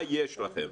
מה יש לכם?